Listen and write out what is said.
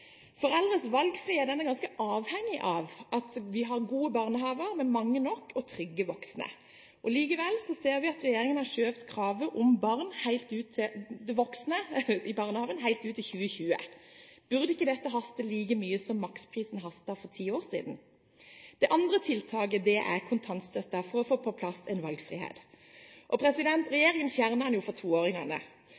er ganske avhengig av at vi har gode barnehager med mange nok og trygge voksne. Likevel ser vi at regjeringen har skjøvet kravet om voksne i barnehagen helt ut til 2020. Burde ikke dette haste like mye som maksprisen hastet for ti år siden? Det andre tiltaket er kontantstøtten for å få på plass en valgfrihet. Regjeringen fjernet den for toåringene, så økte de beløpet for ettåringene, og